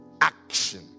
action